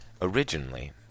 originally